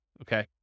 okay